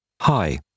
Hi